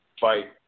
fight